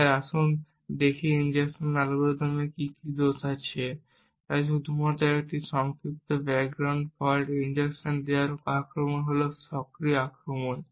তাই আসুন দেখি ইনজেকশন আক্রমণগুলি কী কী দোষ আছে। তাই শুধুমাত্র একটি সংক্ষিপ্ত ব্যাকগ্রাউন্ড ফল্ট ইনজেকশন দেওয়ার আক্রমণ হল সক্রিয় আক্রমণ